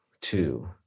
two